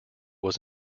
was